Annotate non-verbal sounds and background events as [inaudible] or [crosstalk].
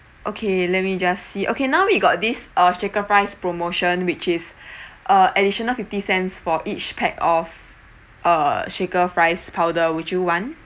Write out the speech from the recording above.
okay let me just see okay now we got this uh shaker fries promotion which is [breath] uh additional fifty cents for each pack of uh shaker fries powder would you want